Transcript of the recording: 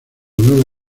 nueve